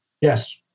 Yes